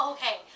Okay